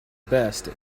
best